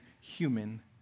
human